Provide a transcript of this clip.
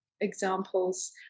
examples